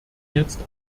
jetzt